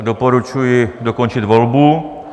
Doporučuji dokončit volbu.